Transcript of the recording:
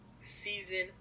season